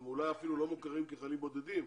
ואולי הם אפילו לא מוכרים כחיילים בודדים,